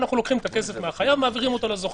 אנחנו לוקחים את הכסף מהחייב ומעבירים אותו לזוכה.